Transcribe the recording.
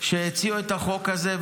שהציעו את החוק הזה,